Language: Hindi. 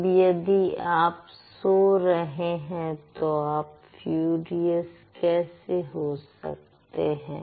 अब यदि आप सो रहे हैं तो आप फ्यूरियस कैसे हो सकते हैं